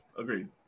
Agreed